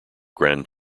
grand